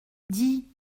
dis